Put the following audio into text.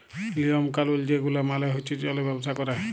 লিওম কালুল যে গুলা মালে চল্যে ব্যবসা ক্যরে